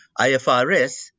IFRS